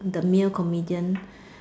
the male comedian